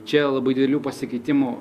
čia labai didelių pasikeitimų